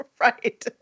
Right